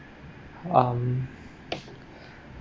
um